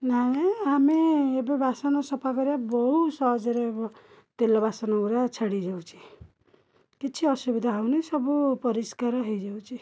ନାଇଁ ନାଇଁ ଆମେ ଏବେ ବାସନ ସଫା କରିବା ବହୁ ସହଜରେ ତେଲ ବାସନଗୁଡ଼ା ଛାଡ଼ି ଯାଉଛି କିଛି ଅସୁବିଧା ହଉନି ସବୁ ପରିଷ୍କାର ହେଇଯାଉଛି